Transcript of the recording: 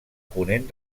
ponent